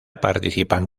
participan